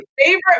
favorite